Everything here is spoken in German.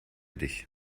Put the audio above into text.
dich